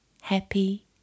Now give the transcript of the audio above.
happy